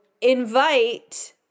invite